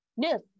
Yes